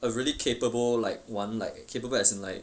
a really capable like one like capable as in like